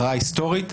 הכרעה היסטורית,